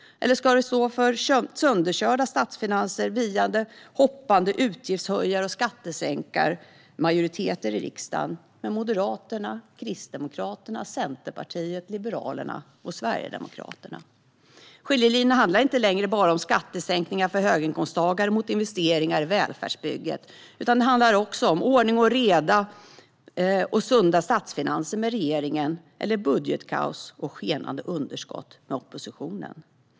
Eller ska vi stå för sönderkörda statsfinanser via den hoppande utgiftshöjar och skattesänkarmajoriteten i riksdagen med Moderaterna, Kristdemokraterna, Centerpartiet, Liberalerna och Sverigedemokraterna? Skiljelinjen handlar inte längre bara om skattesänkningar för höginkomsttagare mot investeringar i välfärdsbygget, utan den handlar också om ordning och reda och sunda statsfinanser med regeringen eller budgetkaos och skenande underskott med oppositionen.